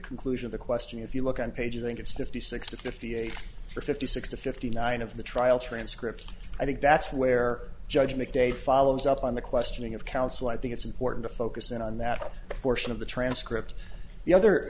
conclusion of the question if you look on pages and it's fifty six to fifty eight or fifty six to fifty nine of the trial transcript i think that's where judgment day follows up on the questioning of counsel i think it's important to focus in on that portion of the transcript the other